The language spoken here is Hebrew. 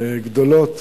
גדולות